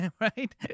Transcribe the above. right